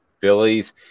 Phillies